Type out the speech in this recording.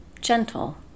gentle